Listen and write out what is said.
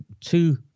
two